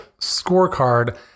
scorecard